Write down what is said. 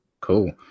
Cool